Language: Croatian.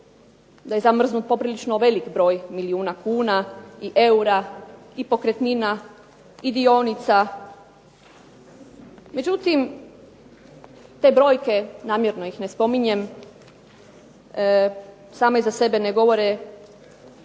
da je zamrznut poprilično velik broj milijuna kuna i eura i pokretnina i dionica. Međutim, te brojke namjerno ih ne spominjem same za sebe ne govore